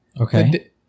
Okay